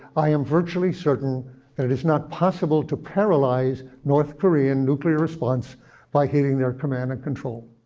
i am virtually certain that it is not possible to paralyze north korean nuclear response by hitting their command and control.